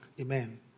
Amen